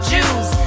Jews